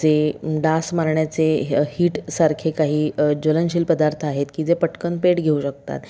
जे डास मारण्याचे हीटसारखे काही ज्वलनशील पदार्थ आहेत की जे पटकन पेट घेऊ शकतात